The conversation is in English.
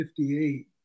1958